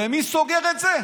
ומי סוגר את זה?